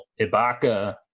Ibaka